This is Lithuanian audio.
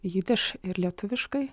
jidiš ir lietuviškai